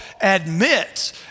admits